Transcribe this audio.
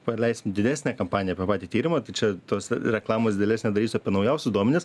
paleisim didesnę kampaniją apie patį tyrimą tai čia tos reklamos didelės nedarysiu apie naujausius duomenis